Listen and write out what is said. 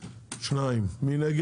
מי נמנע?